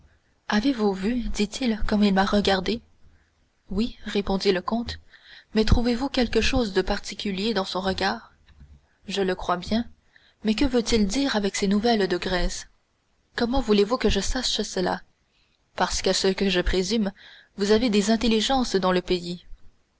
avez-vous vu dit-il comme il m'a regardé oui répondit le comte mais trouvez-vous quelque chose de particulier dans son regard je le crois bien mais que veut-il dire avec ses nouvelles de grèce comment voulez-vous que je sache cela parce qu'à ce que je présume vous avez des intelligences dans le pays